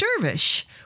Dervish